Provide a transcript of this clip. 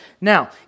Now